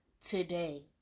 today